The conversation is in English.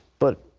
but